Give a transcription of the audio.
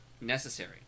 necessary